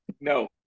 no